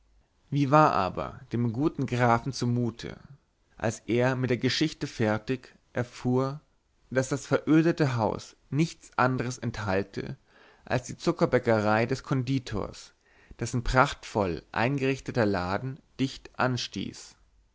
wie war aber dem guten grafen zu mute als er mit der geschichte fertig erfuhr daß das verödete haus nichts anders enthalte als die zuckerbäckerei des konditors dessen prachtvoll eingerichteter laden dicht anstieß